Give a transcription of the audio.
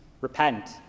Repent